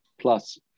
plus